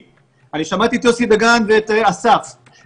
שמעתי את יוסי דגן ואת אסף,